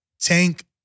Tank